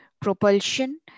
Propulsion